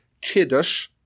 kiddush